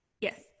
yes